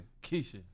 Keisha